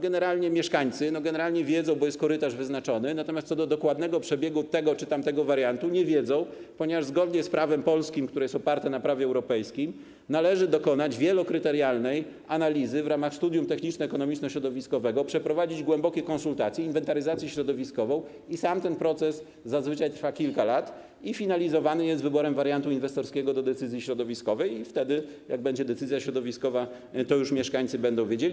Generalnie mieszkańcy wiedzą, bo jest wyznaczony korytarz, natomiast co do dokładnego przebiegu tego czy tamtego wariantu - nie wiedzą, ponieważ zgodnie z prawem polskim, które jest oparte na prawie europejskim, należy dokonać wielokryterialnej analizy w ramach studium techniczno-ekonomiczno-środowiskowego, przeprowadzić głębokie konsultacje, inwentaryzację środowiskową i sam ten proces zazwyczaj trwa kilka lat i finalizowany jest wyborem wariantu inwestorskiego do decyzji środowiskowej i wtedy, jak będzie decyzja środowiskowa, to już mieszkańcy będą wiedzieli.